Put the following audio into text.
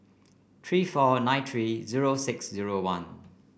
three four nine three zero six zero one